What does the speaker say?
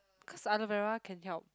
cause aloe-vera can help